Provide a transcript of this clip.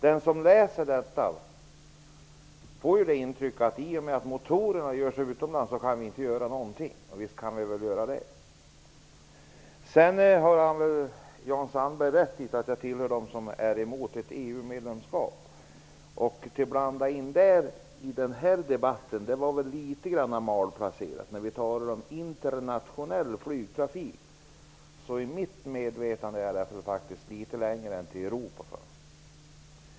Den som läser det får det intrycket att vi i och med att motorerna görs utomlands inte kan göra någonting. Visst kan vi. Jan Sandberg har rätt i att jag tillhör dem som är emot ett EU-medlemskap. Blanda inte in det i den här debatten, det är litet malplacerat när vi talar om internationell flygtrafik. Enligt mitt medvetande sträcker det litet längre än till Europa.